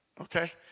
Okay